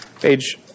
page